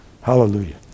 Hallelujah